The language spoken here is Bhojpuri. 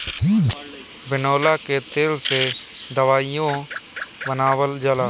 बिनौला के तेल से दवाईओ बनावल जाला